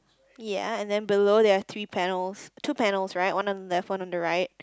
ya and then below there are three panels two panels right one on the left one on the right